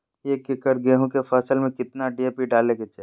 एक एकड़ गेहूं के फसल में कितना डी.ए.पी डाले के चाहि?